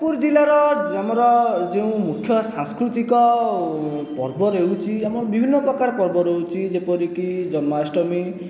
ଯାଜପୁର ଜିଲ୍ଲାର ଆମର ଯେଉଁ ମୁଖ୍ୟ ସାଂସ୍କୃତିକ ପର୍ବ ରହୁଛି ଆମର ବିଭିନ୍ନ ପ୍ରକାର ପର୍ବ ରହୁଛି ଯେପରିକି ଜନ୍ମାଷ୍ଟମୀ